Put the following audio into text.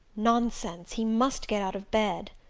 nonsense! he must get out of bed.